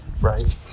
Right